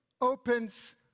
opens